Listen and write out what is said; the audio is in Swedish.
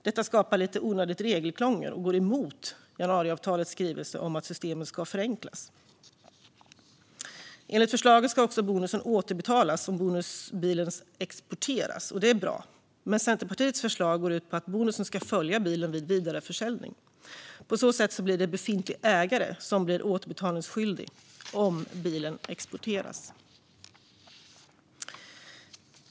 Detta skapar ett onödigt regelkrångel och går emot januariavtalets skrivning om att systemet ska förenklas. Enligt förslaget ska också bonusen återbetalas om bonusbilen exporteras. Det är bra. Men Centerpartiets förslag går ut på att bonusen ska följa bilen vid vidareförsäljning. På så sätt blir det befintlig ägare som blir återbetalningsskyldig om bilen exporteras.